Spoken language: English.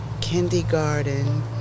kindergarten